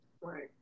Right